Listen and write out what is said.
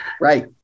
Right